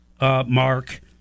mark